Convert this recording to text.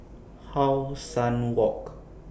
How Sun Walk